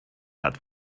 hat